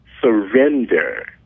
surrender